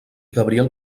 gabriel